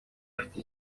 ifite